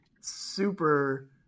super